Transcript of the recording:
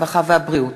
הרווחה והבריאות,